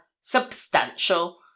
Substantial